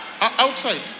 Outside